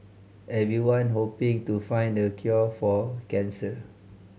everyone hoping to find the cure for cancer